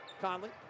Conley